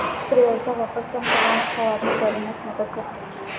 स्प्रेयरचा वापर समप्रमाणात फवारणी करण्यास मदत करतो